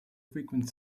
frequent